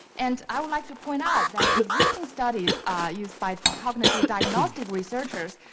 and i would like to point out that existing studies used by cognitive diagnostic researchers,